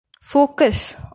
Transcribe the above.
focus